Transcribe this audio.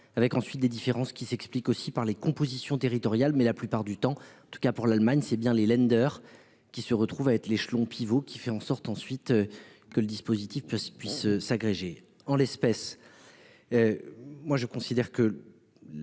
avec ensuite des différences qui s'explique aussi par les compositions territoriale mais la plupart du temps en tout cas pour l'Allemagne c'est bien les Länder qui se retrouve à être l'échelon pivot qui fait en sorte ensuite. Que le dispositif parce